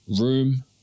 room